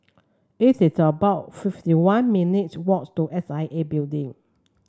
it is about fifty one minutes' walk to S I A Building